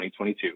2022